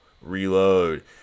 Reload